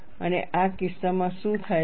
અને આ કિસ્સામાં શું થાય છે